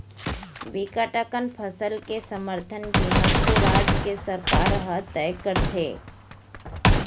बिकट अकन फसल के समरथन कीमत ओ राज के सरकार ह तय करथे